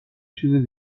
چیز